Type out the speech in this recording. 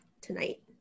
tonight